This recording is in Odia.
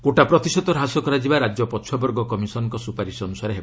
କୋଟା ପ୍ରତିଶତ ହ୍ରାସ କରାଯିବା ରାଜ୍ୟ ପଛୁଆବର୍ଗ କମିଶନ୍ର ସୁପାରିଶ ଅନୁସାରେ ହେବ